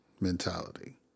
mentality